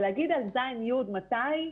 להגיד על ז'-י' מתי,